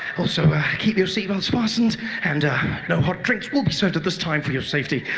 also keep your seat belts fastened and no hot drinks will be served at this time for your safety.